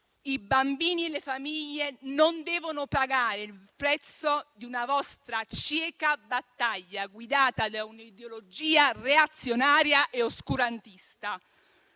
I bambini e le famiglie non devono pagare il prezzo di una vostra cieca battaglia, guidata da un'ideologia reazionaria e oscurantista.